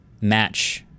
match